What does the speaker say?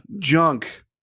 junk